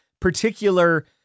particular